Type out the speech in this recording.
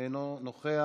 אינו נוכח.